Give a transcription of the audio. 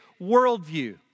worldview